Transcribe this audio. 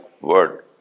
word